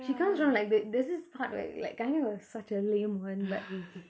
she comes around like there this is part where like I never was such a lame one but